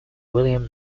william